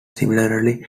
similarly